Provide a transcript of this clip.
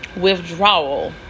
withdrawal